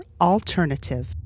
Alternative